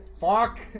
Fuck